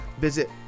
Visit